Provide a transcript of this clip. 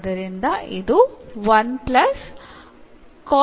ഇതിന് എന്ന് എഴുതാം